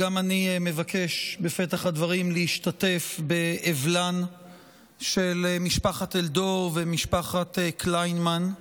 גם אני מבקש בפתח הדברים להשתתף באבלן של משפחת אלדור ומשפחת קליינמן,